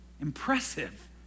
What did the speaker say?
Impressive